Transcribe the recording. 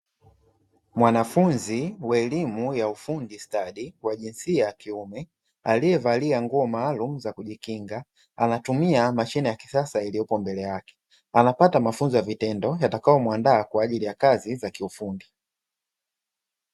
Mwanafunzi wa elimu ya ufundi stadi wa jinsia ya kiume aliyevalia nguo maalumu za kujikinga, anatumia mashine ya kisasa iliyopo mbele yake. Anapata mafunzo ya vitendo yatakayomuandaa kwa ajili ya kazi za kiufundi.